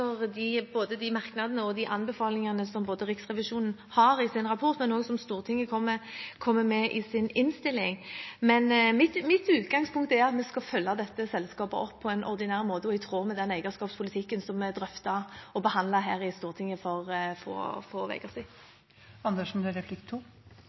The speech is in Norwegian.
både de merknadene og anbefalingene som Riksrevisjonen har i sin rapport, og også det som Stortinget kommer med i sin innstilling. Mitt utgangspunkt er at vi skal følge dette selskapet opp på en ordinær måte og i tråd med den eierskapspolitikken som ble drøftet og behandlet her i Stortinget for få